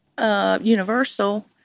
Universal